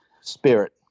spirit